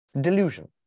delusion